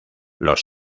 los